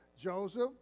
Joseph